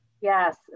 Yes